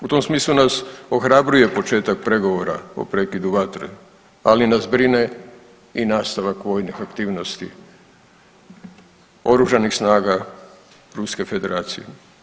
U tom smislu nas ohrabruje početak pregovora o prekidu vatre, ali nas brine i nastavak vojnih aktivnosti oružanih snaga Ruske Federacije.